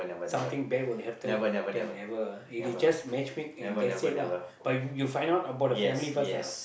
something bad will happen than never ah it is just matchmake and that's it lah but you you find out about the family first lah